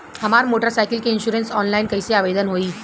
हमार motorcycle के insurance online कईसे आवेदन होई?